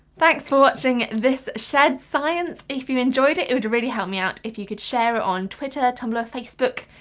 thanks for watching this shed science. if you enjoyed it it would really help me out if you could share it on twitter, tumblr, facebook,